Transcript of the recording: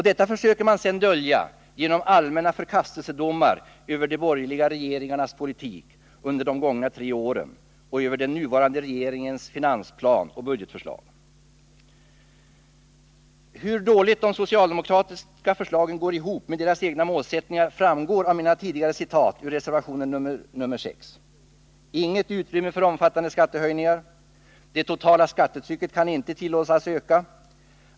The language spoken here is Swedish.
Detta försöker man sedan dölja genom allmänna förkastelsedomar över de borgerliga regeringarnas politik under de gångna tre åren och över den nuvarande regeringens finansplan och budgetförslag. Hur dåligt socialdemokraternas förslag går ihop med deras egna målsättningar framgår av mina tidigare citat ur reservationen 6: Inget utrymme för omfattande skattehöjningar. Det totala skattetrycket kan inte tillåtas öka.